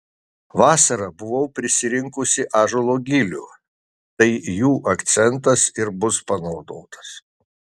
vasarą buvau prisirinkusi ąžuolo gilių tai jų akcentas ir bus panaudotas